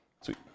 Sweet